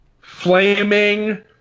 Flaming